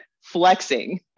flexing